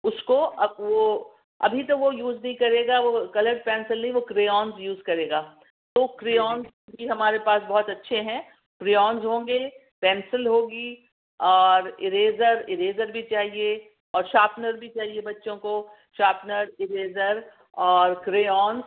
اس کو اب وہ ابھی تو وہ یوز نہیں کرے گا وہ کلر پینسل نہیں وہ کرے آن یوز کرے گا تو کرے آن بھی ہمارے پاس بہت اچھے ہیں کرے آنز ہوں گے پینسل ہوگی اور اریزر اریزر بھی چاہئے اور شارپنر بھی چاہئے بچوں کو شارپنر اریزر اور کرے آن